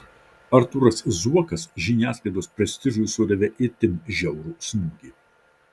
artūras zuokas žiniasklaidos prestižui sudavė itin žiaurų smūgį